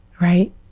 Right